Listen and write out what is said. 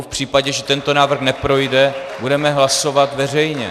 V případě, že tento návrh neprojde, budeme hlasovat veřejně.